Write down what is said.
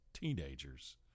teenagers